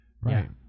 Right